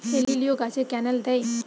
হেলিলিও গাছে ক্যানেল দেয়?